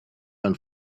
and